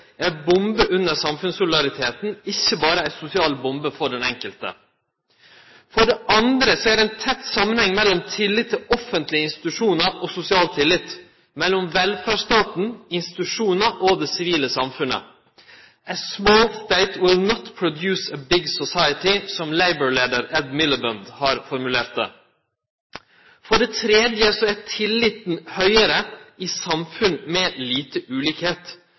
ei bombe under samfunnssolidariteten, ikkje berre ei sosial bombe for den enkelte. For det andre er det ein tett samanheng mellom tillit til offentlege institusjonar og sosial tillit mellom velferdsstaten, institusjonar og det sivile samfunnet. «A small state will not produce a big society», som Labour-leiar Ed Miliband har formulert det. For det tredje er tilliten høgare i samfunn med